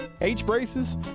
H-braces